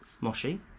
Moshi